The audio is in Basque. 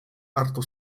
hartu